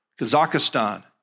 Kazakhstan